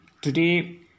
today